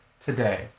today